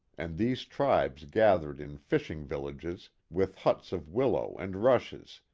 and these tribes gathered in fishing villages with huts of willow and rushes,